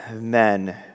men